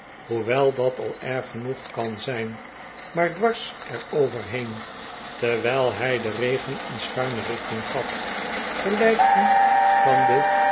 hoewel dat al erg genoeg kan zijn maar dwars er over heen terwijl hij den regen een schuine richting gaf gelijk die van de